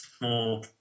more